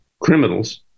criminals